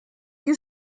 you